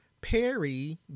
perry